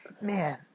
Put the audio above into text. Man